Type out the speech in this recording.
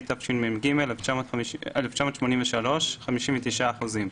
התשמ"ג 1983‏ 59 אחוזים,